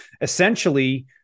essentially